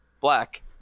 Black